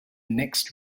next